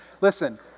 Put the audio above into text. Listen